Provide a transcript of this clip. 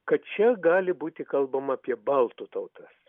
kad čia gali būti kalbama apie baltų tautas